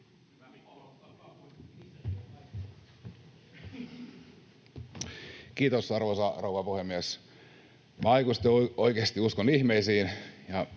Kiitos, arvoisa rouva puhemies! Aikuisten oikeasti uskon ihmeisiin